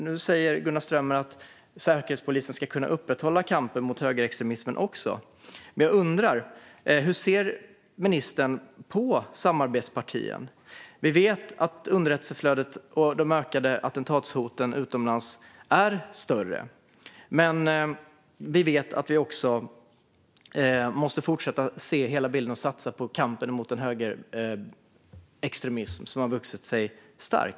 Nu säger Gunnar Strömmer att Säkerhetspolisen ska kunna upprätthålla kampen också mot högerextremismen. Jag undrar: Hur ser ministern på samarbetspartiet? Vi vet att underrättelsesflödet och attentatshoten utomlands ökar. Vi vet också vi måste fortsätta att se hela bilden och satsa på kampen mot den högerextremism som har vuxit sig stark.